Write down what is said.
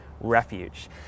refuge